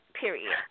period